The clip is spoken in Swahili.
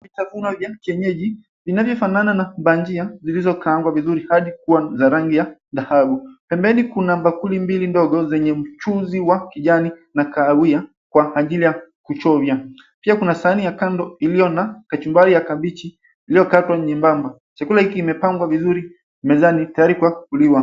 Vitafunwa vya kienyeji vinavyofanana na mbanjia zilizokaangwa vizuri hadi kuwa za rangi ya dhahabu. Pembeni kuna bakuli mbili ndogo zenye mchuzi wa kijani na kahawia kwa ajili ya kuchovya. Pia kuna sahani ya kando iliyo na kachumbari ya kabichi iliyokatwa nyembamba. Chakula hiki imepangwa vizuri mezani tayari kwa kuliwa.